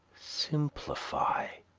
simplify.